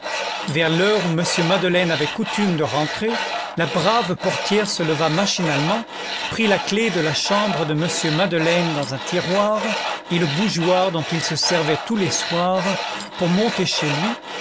vers l'heure où m madeleine avait coutume de rentrer la brave portière se leva machinalement prit la clef de la chambre de m madeleine dans un tiroir et le bougeoir dont il se servait tous les soirs pour monter chez lui